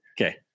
okay